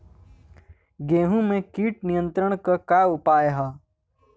गेहूँ में कीट नियंत्रण क का का उपाय ह?